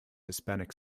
hispanic